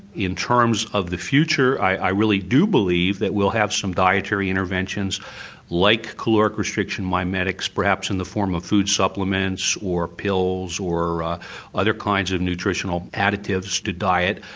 in terms of the future i really do believe that we'll have some dietary interventions like caloric restriction mimetics perhaps in the form of food supplements or pills or other kinds of nutritional additives to diet.